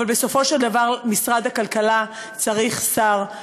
אבל בסופו של דבר משרד הכלכלה צריך שר,